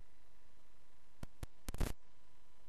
בעבר,